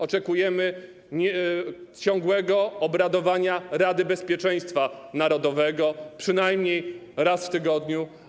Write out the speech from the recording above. Oczekujemy ciągłego obradowania Rady Bezpieczeństwa Narodowego, przynajmniej raz w tygodniu.